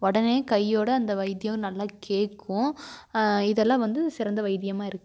உடனே கையோட அந்த வைத்தியம் நல்லா கேட்கும் இதெல்லாம் வந்து சிறந்த வைத்தியமாக இருக்குது